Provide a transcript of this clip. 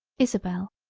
isabel